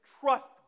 trust